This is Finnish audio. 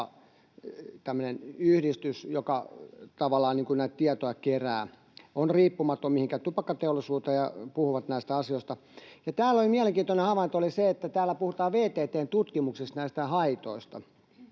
joka tavallaan näitä tietoja kerää, on riippumaton mihinkään tupakkateollisuuteen ja puhuu näistä asioista. Mielenkiintoinen havainto oli se, että täällä puhutaan VTT:n tutkimuksesta näistä haitoista.